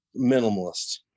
minimalist